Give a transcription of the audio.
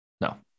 No